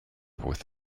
with